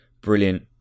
brilliant